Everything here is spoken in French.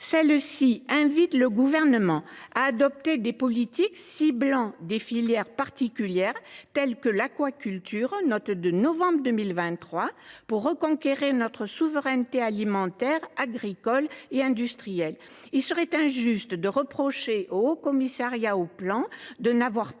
invite le Gouvernement à adopter des politiques ciblant des filières particulières, telles que l’aquaculture, pour reconquérir notre souveraineté alimentaire, agricole et industrielle. Il serait injuste de reprocher au Haut Commissariat au plan et à la